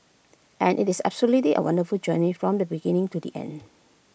and IT is absolutely A wonderful journey from the beginning to the end